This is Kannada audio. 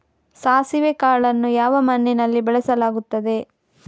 ಸಾಸಿವೆ ಕಾಳನ್ನು ಯಾವ ಮಣ್ಣಿನಲ್ಲಿ ಬೆಳೆಸಲಾಗುತ್ತದೆ?